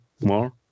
more